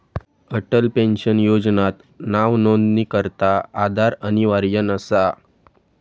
Atal pension योजनात नावनोंदणीकरता आधार अनिवार्य नसा